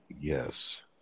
yes